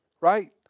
right